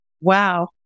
Wow